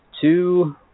two